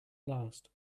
last